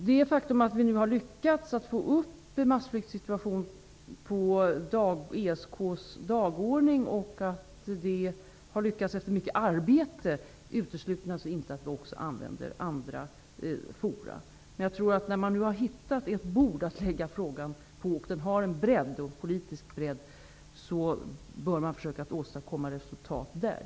Det faktum att vi nu efter mycket arbete har lyckats att få upp massflyktssituationen på ESK:s dagordning utesluter inte att vi också använder andra forum. Men när man nu har hittat ett bord att lägga frågan på och det finns en politisk bredd, bör man försöka åstadkomma resultat där.